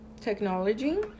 technology